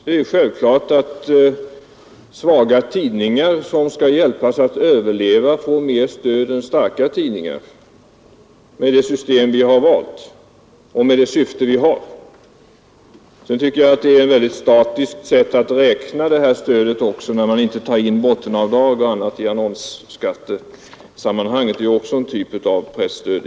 Det är självklart att svaga tidningar, som skall hjälpas att överleva, får mer stöd än starka tidningar med det system som vi har valt och med det syfte som vi har. Jag tycker också att det är ett väldigt förenklat sätt att räkna, när man i stödet inte tar med bottenavdrag och liknande i annonsskattesammanhanget — det är ju egentligen också en typ av presstöd.